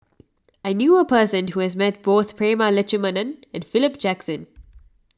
I knew a person who has met both Prema Letchumanan and Philip Jackson